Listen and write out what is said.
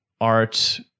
art